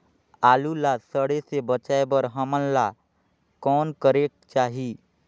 आलू ला सड़े से बचाये बर हमन ला कौन करेके चाही?